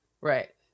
right